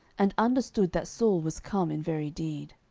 and understood that saul was come in very deed.